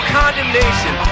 condemnation